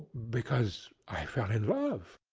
because i fell in love.